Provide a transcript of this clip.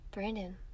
Brandon